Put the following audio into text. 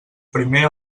primer